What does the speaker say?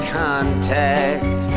contact